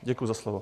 Děkuji za slovo.